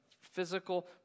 physical